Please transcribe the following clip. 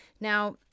Now